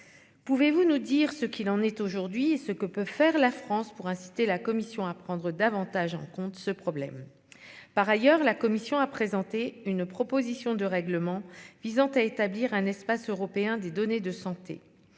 Pouvez-vous nous dire ce qu'il en est aujourd'hui, ce que peut faire la France pour inciter la Commission à prendre davantage en compte ce problème. Par ailleurs, la Commission a présenté une proposition de règlement visant à établir un espace européen des données de santé.